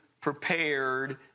prepared